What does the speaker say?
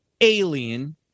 alien